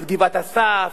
את גבעת-אסף,